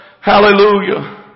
Hallelujah